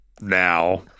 now